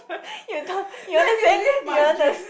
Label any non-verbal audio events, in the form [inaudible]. [breath] you don~ want to say you want to